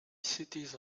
cities